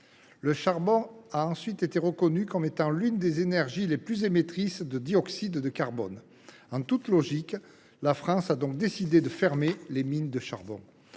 Le charbon a ensuite été reconnu comme étant l’une des énergies les plus émettrices de dioxyde de carbone. En toute logique, la France a donc décidé de fermer ses mines de charbon.